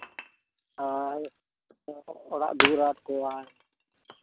ᱟᱨ ᱚᱲᱟᱜ ᱫᱩᱣᱟᱹᱨ ᱟᱠᱚᱣᱟᱭ